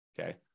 okay